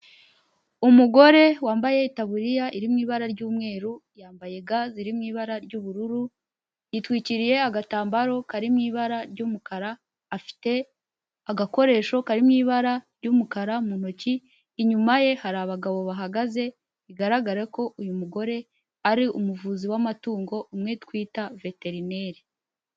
Umugore wambaye taburiya iri mu ibara ry'umweru, yambaye ga ziri mu ibara ry'ubururu, yitwikiriye agatambaro kari mu ibara ry'umukara, afite agakoresho karimo ibara ry'umukara mu ntoki, inyuma ye hari abagabo bahagaze, bigaragare ko uyu mugore ari umuvuzi w'amatungo umwe twita veterineri.